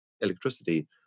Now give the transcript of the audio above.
electricity